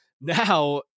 now